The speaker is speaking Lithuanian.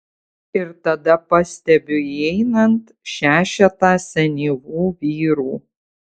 ir tada pastebiu įeinant šešetą senyvų vyrų